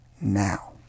now